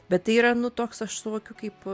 bet tai yra nu toks aš suvokiu kaip